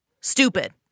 Stupid